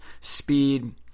speed